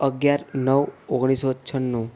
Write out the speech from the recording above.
અગિયાર નવ ઓગણીસ સો છન્નું